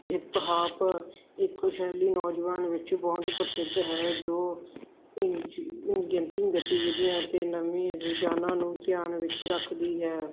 hip hop ਇੱਕ ਸ਼ੈਲੀ ਨੌਜਵਾਨ ਵਿੱਚ ਬਹੁਤ ਪ੍ਰਸਿੱਧ ਹੈ ਜੋ ਇੰਝ ਗਤੀਵਿਧੀਆਂ ਅਤੇ ਨਵੇਂ ਰੁਝਾਨਾਂ ਨੂੰ ਧਿਆਨ ਵਿੱਚ ਰੱਖਦੀ ਹੈ